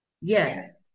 Yes